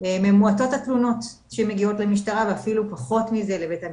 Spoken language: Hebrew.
מועטות התלונות שמגיעות למשטרה ואפילו פחות מזה לבית המשפט.